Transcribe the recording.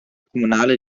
comunale